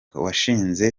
washinze